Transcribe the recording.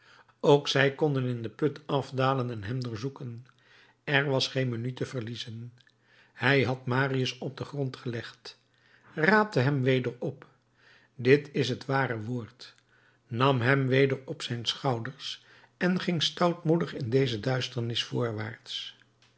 ook zij konden in den put afdalen en hem doorzoeken er was geen minuut te verliezen hij had marius op den grond gelegd raapte hem weder op dit is het ware woord nam hem weder op zijn schouders en ging stoutmoedig in deze duisternis voorwaarts